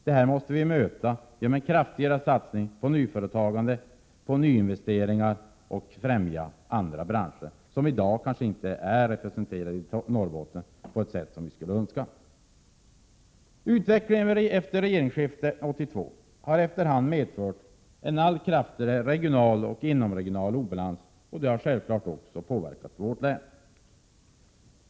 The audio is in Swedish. Detta måste vi möta genom kraftigare satsningar på nyföretagande, nya investeringar och främjande av andra branscher som i dag kanske inte är representerade i Norrbotten på det sätt som vi skulle önska. Utvecklingen efter regeringsskiftet 1982 har efter hand medfört en allt kraftigare regional och inomregional obalans. Detta har självfallet påverkat vårt län.